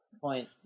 point